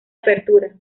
apertura